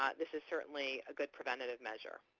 ah this is certainly a good preventative measure.